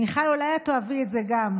מיכל, אולי את תאהבי את זה גם.